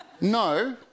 No